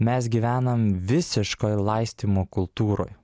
mes gyvenam visiškoj laistymo kultūroj